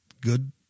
good